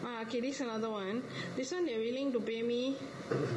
!wah! okay this another one this one they willing to pay me